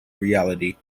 reality